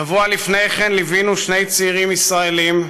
שבוע לפני כן ליווינו שני צעירים ישראלים,